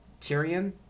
Tyrion